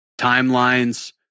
timelines